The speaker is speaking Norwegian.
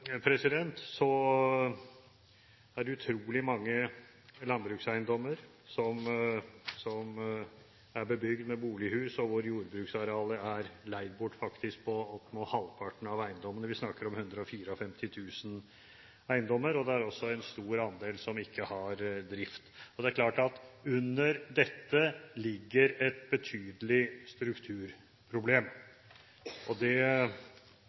er det utrolig mange landbrukseiendommer som er bebygd med bolighus. Jordbruksarealet på opptil halvparten av eiendommene er faktisk leid bort. Vi snakker om 154 000 eiendommer. Det er også en stor andel som ikke har drift. Det er klart at under dette ligger et betydelig strukturproblem. Det har nok også regjeringen sett, i og